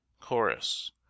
Chorus